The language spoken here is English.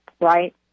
right